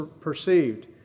perceived